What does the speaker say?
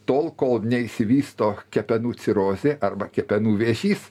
tol kol neišsivysto kepenų cirozė arba kepenų vėžys